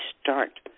start